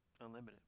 Unlimited